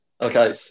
okay